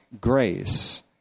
grace